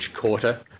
quarter